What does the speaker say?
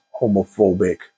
homophobic